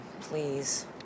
please